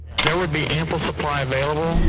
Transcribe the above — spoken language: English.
there would be ample supply available,